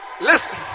Listen